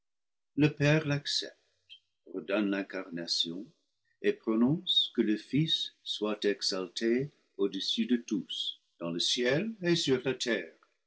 le père l'accepte ordonne l'incarnation et prononce que le fils soit exalté au-dessus de tous dans le ciel et sur la terre